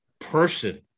person